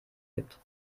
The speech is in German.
gibt